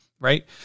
right